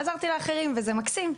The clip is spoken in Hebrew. עזרתי לאחרים וזה מקסים.